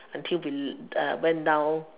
until we uh went down